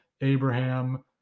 abraham